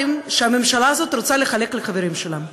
שהממשלה הזאת רוצה לחלק לחברים שלה.